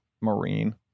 Marine